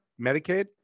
Medicaid